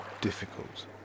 difficult